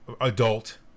adult